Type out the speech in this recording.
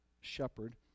shepherd